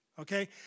okay